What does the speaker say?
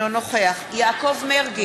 נגד יעקב מרגי,